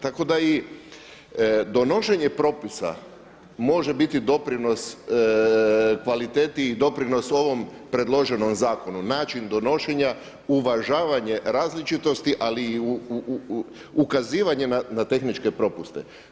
Tako da i donošenje propisa može biti doprinos kvaliteti i doprinos ovom predloženom zakonu, način donošenja, uvažavanje različitosti ali i ukazivanje na tehničke propuste.